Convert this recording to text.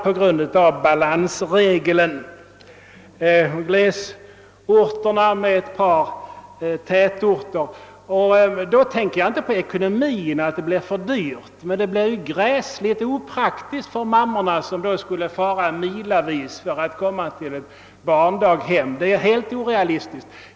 Detta gäller t.ex. glesbygdskommuner med ett par tätorter. Jag tänker då inte främst på ekonomin utan på att det blir förfärligt opraktiskt för föräldrarna som skulle få fara milavis för att komma till en barnstuga. Det är helt orealistiskt.